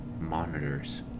monitors